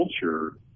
culture